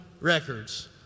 Records